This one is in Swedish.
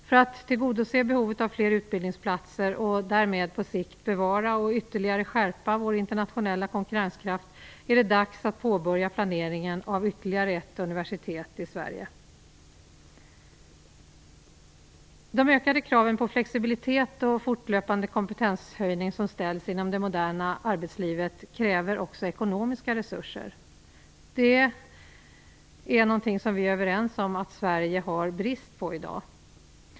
För att tillgodose behovet av fler utbildningsplatser och därmed på sikt bevara och ytterligare skärpa vår internationella konkurrenskraft är det dags att påbörja planeringen av ytterligare ett universitet i Sverige. De ökade kraven på flexibilitet och fortlöpande kompetenshöjning som ställs inom det moderna arbetslivet kräver också ekonomiska resurser. Det är något som vi är överens om att Sverige har brist på i dag.